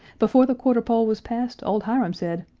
before the quarter pole was past, old hiram said,